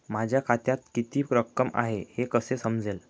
माझ्या खात्यात किती रक्कम आहे हे कसे समजेल?